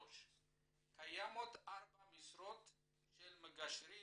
3. קיימות ארבע משרות של מגשרים